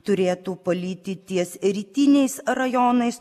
turėtų palyti ties rytiniais rajonais